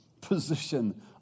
position